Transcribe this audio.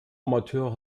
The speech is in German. amateur